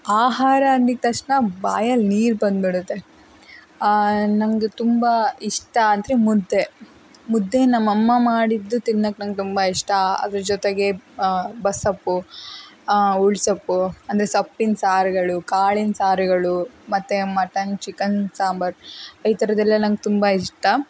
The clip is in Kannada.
ಆಹಾರ ಅಂದಿದ್ದ ತಕ್ಷಣ ಬಾಯಲ್ಲಿ ನೀರು ಬಂದುಬಿಡುತ್ತೆ ನಮಗೆ ತುಂಬ ಇಷ್ಟ ಅಂದರೆ ಮುದ್ದೆ ಮುದ್ದೆ ನಮ್ಮ ಅಮ್ಮ ಮಾಡಿದ್ದು ತಿನ್ನೋಕ್ ನಂಗೆ ತುಂಬ ಇಷ್ಟ ಅದ್ರ ಜೊತೆಗೆ ಮೊಸಪ್ಪು ಉಳ್ಸಪ್ಪು ಅಂದರೆ ಸೊಪ್ಪಿನ್ ಸಾರುಗಳು ಕಾಳಿನ ಸಾರುಗಳು ಮತ್ತು ಮಟನ್ ಚಿಕನ್ ಸಾಂಬಾರ್ ಈ ಥರದ್ದೆಲ್ಲ ನಂಗೆ ತುಂಬ ಇಷ್ಟ